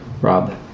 Rob